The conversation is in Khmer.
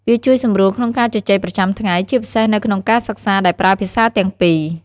វាជួយសម្រួលក្នុងការជជែកប្រចាំថ្ងៃ ជាពិសេសនៅក្នុងការសិក្សាដែលប្រើភាសាទាំងពីរ។